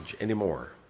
anymore